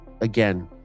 again